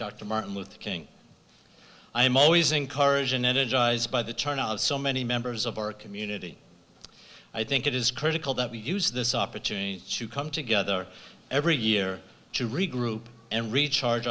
dr martin luther king i am always encouraging energized by the turnout so many members of our community i think it is critical that we use this opportunity to come together every year to regroup and recharge